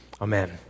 Amen